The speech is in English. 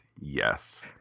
yes